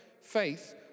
faith